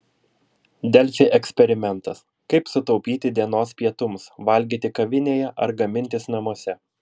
delfi eksperimentas kaip sutaupyti dienos pietums valgyti kavinėje ar gamintis namuose